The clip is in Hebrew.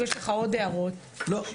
יש לך או לאפרת עוד הערות רלוונטיות?